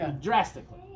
drastically